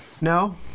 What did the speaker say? No